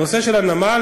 הנושא של הנמל,